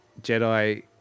Jedi